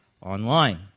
online